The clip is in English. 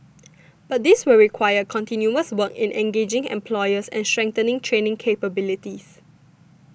but this will require continuous work in engaging employers and strengthening training capabilities